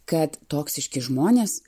kad toksiški žmonės